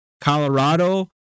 Colorado